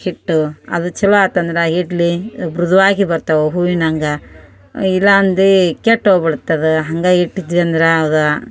ಹಿಟ್ಟು ಅದು ಛಲೋ ಆಯ್ತಂದ್ರೆ ಇಡ್ಲಿ ಮೃಧುವಾಗಿ ಬರ್ತವೆ ಅವು ಹೂವಿನಂಗೆ ಇಲ್ಲ ಅಂದ್ರೆ ಕೆಟ್ಟು ಹೋಗಿಬಿಡುತ್ತದು ಹಾಗೇ ಇಟ್ಟಿದ್ವಿ ಅಂದ್ರೆ ಅದು